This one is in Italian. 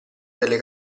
delle